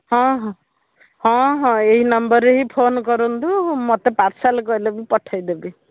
ହଁ ହଁ ହଁ ହଁ ଏଇ ନମ୍ବରରେ ହିଁ ଫୋନ୍ କରନ୍ତୁ ମୋତେ ପାର୍ସଲ୍ କହିଲେ ମୁଁ ପଠେଇ ଦେବି